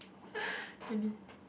finish